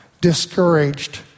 discouraged